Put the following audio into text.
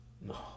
No